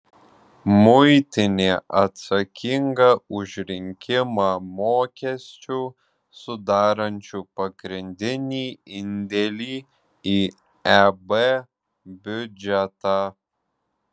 muitinė atsakinga už rinkimą mokesčių sudarančių pagrindinį indėlį į eb biudžetą